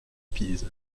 pise